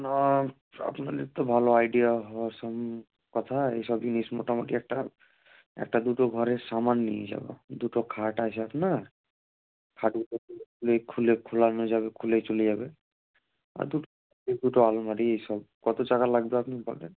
না আপনাদের তো ভালো আইডিয়া হওয়ার সম কথা এইসব জিনিস মোটামোটি একটা একটা দুটো ঘরের সামান নিয়ে যাব দুটো খাট আছে আপনার খাট দুটো খুলে খুলে খুললে খোলানো যাবে খুললে চলে যাবে আর দুটো দুটো আলমারি এইসব কত টাকা লাগবে আপনি বলুন